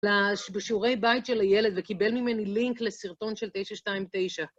בשיעורי בית של הילד, וקיבל ממני לינק לסרטון של 929.